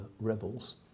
rebels